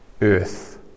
earth